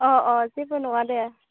अ अ जेबो नङा दे